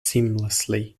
seamlessly